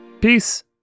Peace